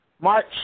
March